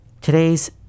today's